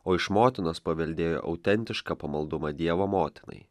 o iš motinos paveldėjo autentišką pamaldumą dievo motinai